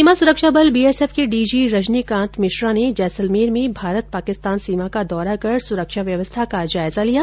सीमा सुरक्षा बल बीएसएफ के डीजी रजनीकांत मिश्रा ने जैसलमेर में भारत पाकिस्तान सीमा का दौरा कर सुरक्षा व्यवस्था का जायजा लिया